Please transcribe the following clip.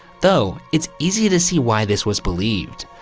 though, it's easy to see why this was believed.